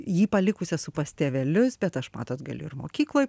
jį palikus esu pas tėvelius bet aš matot galiu ir mokykloj